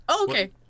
Okay